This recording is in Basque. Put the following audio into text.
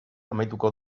amaituko